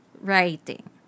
writing